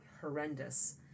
horrendous